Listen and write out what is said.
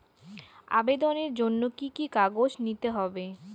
আবেদনের জন্য কি কি কাগজ নিতে হবে?